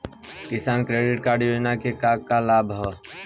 किसान credit card योजना के का का लाभ ह?